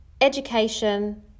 education